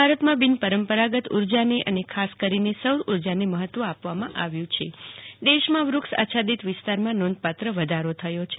ભારતમાં બિનપુરંપરાગત ઉર્જાને અને ખાસ કરીને સૌર ઉર્જાને મહત્વ આપવામાં આવ્યું છે દેશમાં વુક્ષ આચ્છાદિત વિસ્તારમાં નોંધપાત્ર વધારો થયો છે